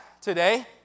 today